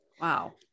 Wow